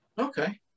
Okay